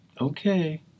okay